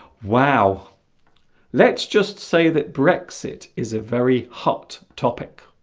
wow let's just say that brexit is a very hot topic